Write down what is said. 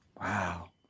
Wow